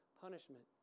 punishment